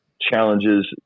challenges